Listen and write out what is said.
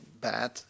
bad